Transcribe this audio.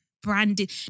Branded